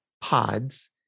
pods